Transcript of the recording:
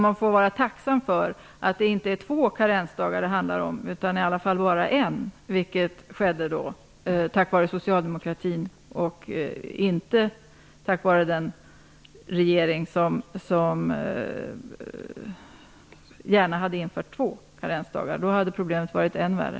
Man får vara tacksam för att det handlar om bara en karensdag och inte två karensdagar. Det är tack vare socialdemokratin, inte tack vare den regering som gärna hade infört två karensdagar - då hade problemet varit än värre.